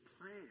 plan